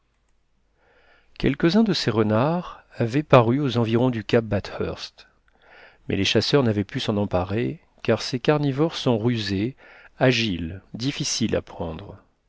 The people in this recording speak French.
quelques-uns de ces renards avaient paru aux environs du cap bathurst mais les chasseurs n'avaient pu s'en emparer car ces carnivores sont rusés agiles difficiles à prendre